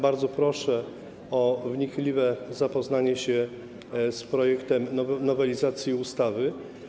Bardzo proszę o wnikliwe zapoznanie się z projektem nowelizacji ustawy.